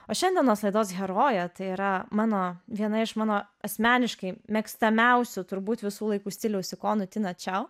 o šiandienos laidos heroja tai yra mano viena iš mano asmeniškai mėgstamiausių turbūt visų laikų stiliaus ikonų tina čiau